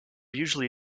usually